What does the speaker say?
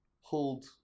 hold